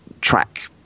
track